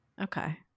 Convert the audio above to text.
Okay